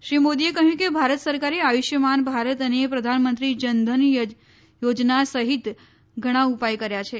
શ્રી મોદીએ કહ્યું કે ભારત સરકારે આયુષ્માન ભારત અને પ્રધાનમંત્રી જનધન યજના સહિત ઘણા ઉપાય કર્યા છે